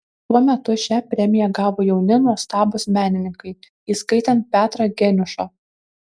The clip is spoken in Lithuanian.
tuo metu šią premiją gavo jauni nuostabūs menininkai įskaitant petrą geniušą